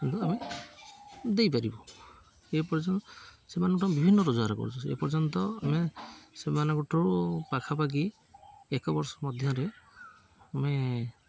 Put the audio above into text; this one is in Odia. କିନ୍ତୁ ଆମେ ଦେଇପାରିବୁ ଏପର୍ଯ୍ୟନ୍ତ ସେମାନଙ୍କଠୁ ବିଭିନ୍ନ ରୋଜଗାର କରୁଛୁ ଏପର୍ଯ୍ୟନ୍ତ ଆମେ ସେମାନଙ୍କ ଠାରୁ ପାଖାପାଖି ଏକ ବର୍ଷ ମଧ୍ୟରେ ଆମେ